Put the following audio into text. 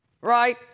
right